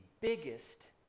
biggest